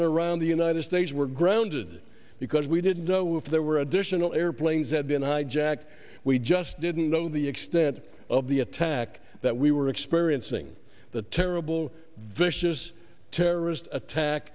and around the united states were grounded because we didn't know if there were additional airplanes had been hijacked we just didn't know the that of the attack that we were experiencing the terrible vicious terrorist attack